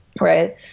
right